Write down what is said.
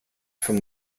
from